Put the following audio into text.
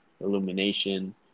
Illumination